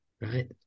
right